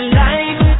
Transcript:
life